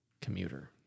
commuter